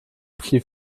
die